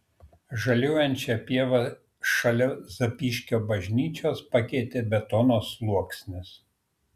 žaliuojančią pievą šalia zapyškio bažnyčios pakeitė betono sluoksnis